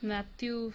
Matthew